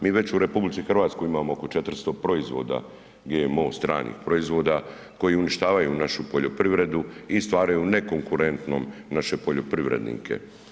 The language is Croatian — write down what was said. Mi već u RH imamo oko 400 proizvoda GMO stranih proizvoda koji uništavaju našu poljoprivredu i stvaraju nekonkurentnom naše poljoprivrednike.